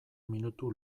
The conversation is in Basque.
minutu